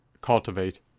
cultivate